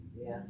Yes